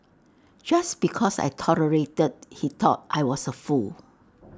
just because I tolerated he thought I was A fool